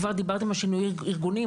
כבר דיברתם על שינויי ארגונים,